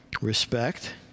respect